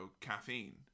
caffeine